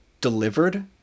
delivered